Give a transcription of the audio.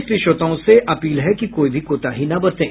इसलिए श्रोताओं से अपील है कि कोई भी कोताही न बरतें